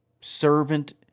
servant